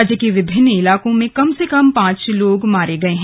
राज्य के विभिन्न इलाकों में कम से कम पांच लोग मारे गए हैं